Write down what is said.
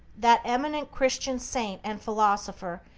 that eminent christian saint and philosopher,